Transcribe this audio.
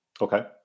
okay